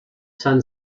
son